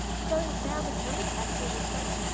so now the grimace actually looks like,